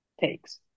takes